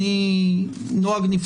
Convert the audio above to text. הוא נוהג נפסד בעיניי.